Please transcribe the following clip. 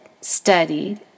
studied